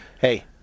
Hey